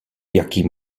jaký